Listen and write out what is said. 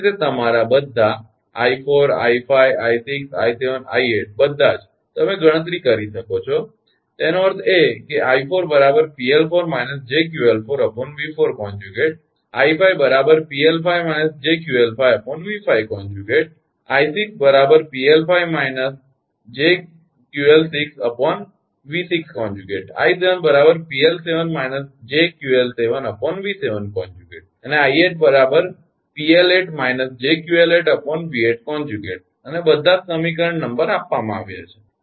એ જ રીતે તમારા બધા 𝑖4 𝑖5 𝑖6 𝑖7 𝑖8 બધા જ તમે ગણતરી કરી શકો છો તેનો અર્થ એ કે 𝑖4 𝑃𝐿4 − 𝑗𝑄𝐿4 𝑉4∗ 𝑖5 𝑃𝐿5 − 𝑗𝑄𝐿5 𝑉5∗ 𝑖6 𝑃𝐿6 − 𝑗𝑄𝐿6 𝑉6∗ 𝑖7 𝑃𝐿7 − 𝑗𝑄𝐿7 𝑉7∗અને 𝑖8 𝑃𝐿8 − 𝑗𝑄𝐿8 𝑉8∗ અને બધા જ સમીકરણ નંબર આપવામાં આવ્યા છે